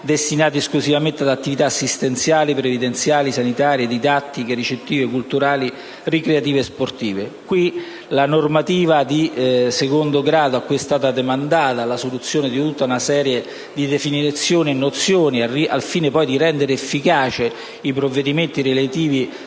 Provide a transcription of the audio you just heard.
destinati esclusivamente ad attività assistenziali, previdenziali, sanitarie, didattiche, ricettive, culturali, ricreative e sportive, cioè alla normativa di secondo grado a cui è stata demandata la soluzione di una serie di definizioni e nozioni al fine di rendere efficaci i provvedimenti relativi